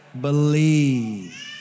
believe